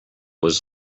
was